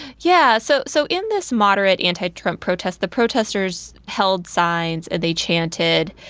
yeah so so in this moderate anti-trump protest, the protesters held signs and they chanted.